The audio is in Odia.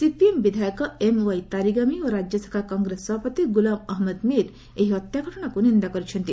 ସିପିଏମ୍ ବିଧାୟକ ଏମ୍ ୱାଇ ତାରିଗାମୀ ଓ ରାଜ୍ୟ ଶାଖା କଂଗ୍ରେସ ସଭାପତି ଗୁଲାମ ଅହମ୍ମଦ ମୀର୍ ଏହି ହତ୍ୟା ଘଟଣାକୁ ନିନ୍ଦା କରିଛନ୍ତି